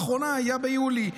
הפעם האחרונה הייתה ביולי,